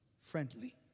friendly